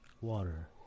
Water